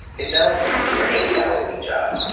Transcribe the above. is now a sixty or an eighty hour a week job.